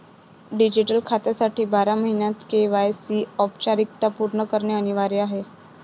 digital खात्यासाठी बारा महिन्यांत के.वाय.सी औपचारिकता पूर्ण करणे अनिवार्य आहे